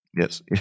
Yes